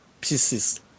pieces